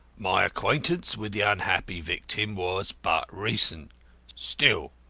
my acquaintance with the unhappy victim was but recent still,